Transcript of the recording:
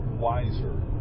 wiser